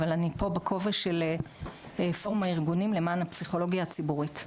אבל אני פה בכובע של פורום הארגונים למען הפסיכולוגיה הציבורית,